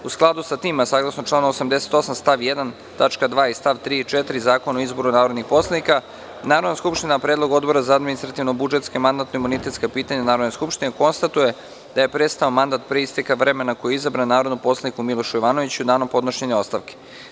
U skladu sa tim, a saglasno članu 88. stav 1. tačka 2. i stav 3. i 4. Zakona o izboru narodnih poslanika, Narodna skupština na predlog Odbora za administrativno-budžetska i mandatno-imunitetska pitanja Narodne skupštine konstatuje da je prestao mandat pre isteka vremena koji je izabran narodnom poslaniku Milošu Jovanoviću danom podnošenja ostavke.